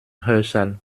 hörsaal